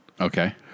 Okay